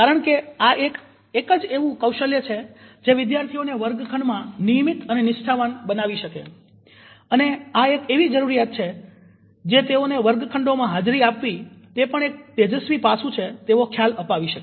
કારણ કે આ એક જ એવું કૌશલ્ય છે કે જે વિદ્યાર્થીઓને વર્ગખંડ માં નિયમિત અને નિષ્ઠાવાન બનાવી શકે અને આ એક એવી જરૂરિયાત છે જે તેઓને વર્ગખંડોમાં હાજરી આપવી તે પણ એક તેજસ્વી પાસું છે તેવો ખ્યાલ અપાવી શકે